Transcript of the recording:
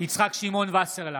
יצחק שמעון וסרלאוף,